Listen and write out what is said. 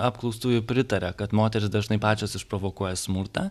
apklaustųjų pritaria kad moterys dažnai pačios išprovokuoja smurtą